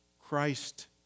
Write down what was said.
Christ